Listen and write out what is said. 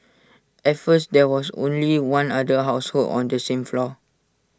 at first there was only one other household on the same floor